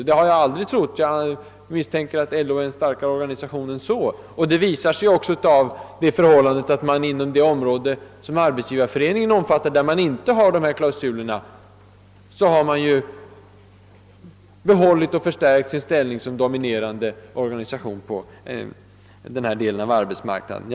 Det har jag heller aldrig trott; jag är övertygad om att LO är en starkare organisation än så. Det framgår ju också av att på det område som Arbetsgivareföreningen omfattar, där man inte har dessa klausuler, har LO behållit och förstärkt ställningen som dominerande organisation på sin del av arbetsmarknaden.